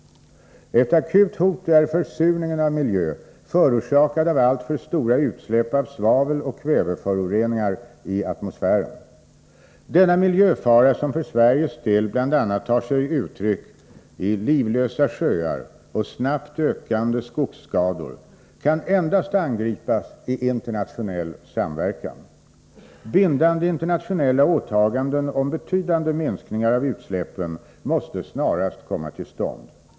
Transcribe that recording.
Ett akut hot är försurningen av miljö, förorsakad av alltför stora utsläpp av svavel och kväveföroreningar i atmosfären. Denna miljöfara, som för Sveriges del bl.a. tar sig uttryck i livlösa sjöar och snabbt ökande skogsskador, kan endast angripas i internationell samverkan. Bindande internationella åtaganden om betydande minskningar av utsläppen måste snarast komma till stånd.